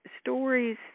stories